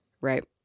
right